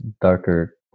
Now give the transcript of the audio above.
darker